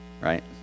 right